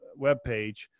webpage